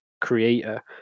creator